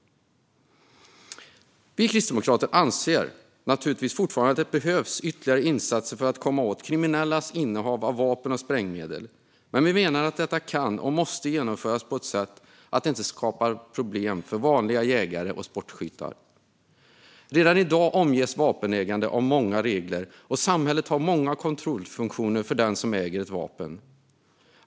Vi kristdemokrater anser naturligtvis fortfarande att det behövs ytterligare insatser för att komma åt kriminellas innehav av vapen och sprängmedel, men vi menar att detta kan och måste genomföras på ett sätt så att det inte skapar problem för vanliga jägare och sportskyttar. Redan i dag omges vapenägande av många regler, och samhället har många kontrollfunktioner för den som äger ett vapen.